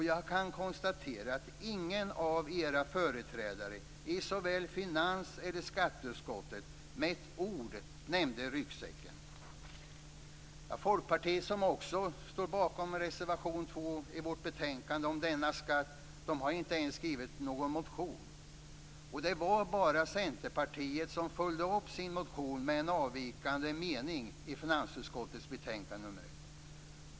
Jag kan konstatera att ingen av era företrädare i finans eller skatteutskottet med ett ord nämnde "ryggsäcken". Folkpartiet, som också står bakom reservation 2 i vårt betänkande om denna skatt, har inte ens skrivit någon motion. Det var bara Centerpartiet som följde upp sin motion med en avvikande mening i finansutskottets betänkande nr 1.